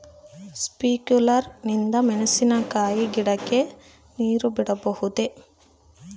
Sprinkler ನಿಂದ ಮೆಣಸಿನಕಾಯಿ ಗಿಡಕ್ಕೆ ನೇರು ಬಿಡಬಹುದೆ?